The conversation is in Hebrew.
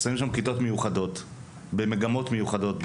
שמים שם כיתות מיוחדות במגמות מיוחדות,